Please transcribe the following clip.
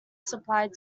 supplied